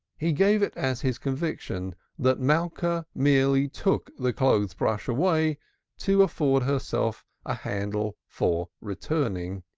he gave it as his conviction that malka merely took the clothes-brush away to afford herself a handle for returning.